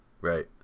Right